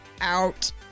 Out